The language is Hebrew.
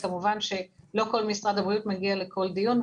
כמובן שלא כל משרד הבריאות מגיע לכל דיון,